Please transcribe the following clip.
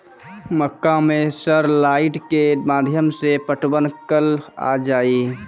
मक्का मैं sir light के माध्यम से पटवन कल आ जाए?